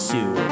Sue